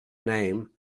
name